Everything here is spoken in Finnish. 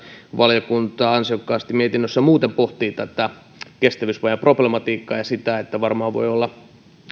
valiokunta mietinnössään muuten ansiokkaasti pohtii tätä kestävyysvajeen problematiikkaa ja sitä että varmaan voi olla